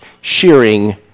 shearing